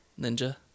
Ninja